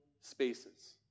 spaces